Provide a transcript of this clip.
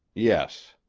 yes.